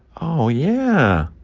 oh, yeah,